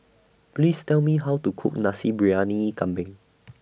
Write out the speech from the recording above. Please Tell Me How to Cook Nasi Briyani Kambing